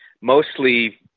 mostly